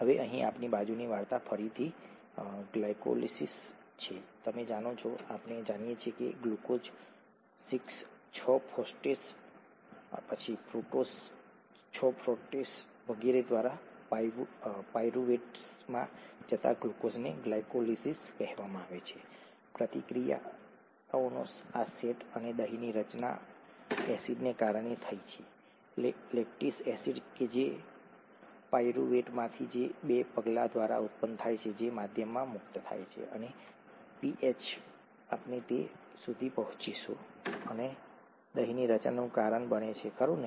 હવે અહીં આપણી બાજુની વાર્તા ફરીથી ગ્લાયકોલિસિસ છે તમે જાણો છો આપણે જાણીએ છીએ કે ગ્લુકોઝ 6 ફોસ્ફેટ ફ્રુક્ટોઝ 6 ફોસ્ફેટ વગેરે દ્વારા પાયરુવેટમાં જતા ગ્લુકોઝને ગ્લાયકોલિસિસ કહેવામાં આવે છે પ્રતિક્રિયાઓનો આ સેટ અને દહીંની રચના એસિડને કારણે થઈ છે લેક્ટિક એસિડ કે જે પાઇરુવેટમાંથી બે પગલાં દ્વારા ઉત્પન્ન થાય છે માધ્યમમાં મુક્ત થાય છે અને પીએચ અમે આપણે તે અને સુધી પહોંચીશું અને આ દહીંની રચનાનું કારણ બને છે ખરું ને